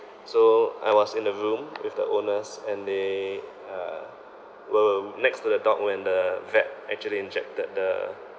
so I was in the room with the owners and they uh were next to the dog when the vet actually injected the